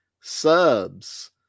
subs